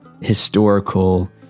historical